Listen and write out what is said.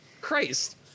Christ